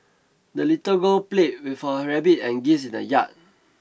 the little girl played with her rabbit and geese in the yard